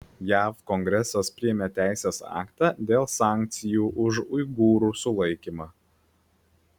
jav kongresas priėmė teisės aktą dėl sankcijų už uigūrų sulaikymą